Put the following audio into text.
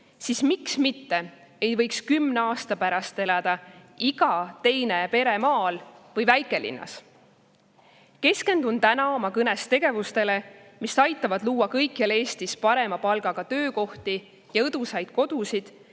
siis miks mitte ei võiks kümne aasta pärast elada iga teine pere maal või väikelinnas. Keskendun täna oma kõnes tegevustele, mis aitavad luua kõikjal Eestis parema palgaga töökohti ja õdusaid kodusid